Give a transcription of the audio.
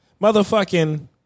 Motherfucking